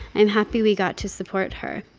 and happy we got to support her.